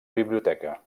biblioteca